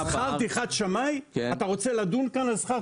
אתה רוצה לדון כאן על שכר טרחת שמאי?